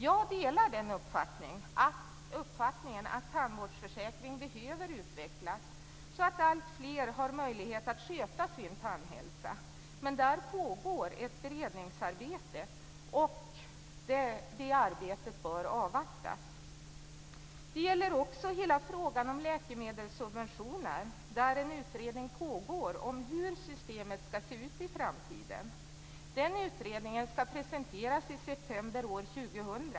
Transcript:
Jag delar uppfattningen att tandvårdsförsäkringen behöver utvecklas, så att alltfler har möjlighet att sköta sin tandhälsa. Men där pågår ett beredningsarbete och det arbetet bör avvaktas. Det gäller också hela frågan om läkemedelssubventioner, där en utredning pågår om hur systemet ska se ut i framtiden. Den utredningen ska presenteras i september år 2000.